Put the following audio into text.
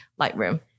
Lightroom